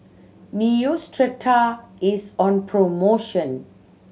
Neostrata is on promotion